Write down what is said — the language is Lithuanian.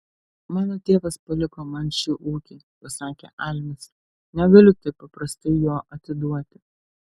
mano tėvas paliko man šį ūkį pasakė almis negaliu taip paprastai jo atiduoti